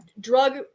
drug